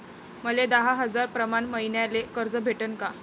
मले दहा हजार प्रमाण मईन्याले कर्ज भेटन का?